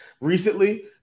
Recently